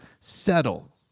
settle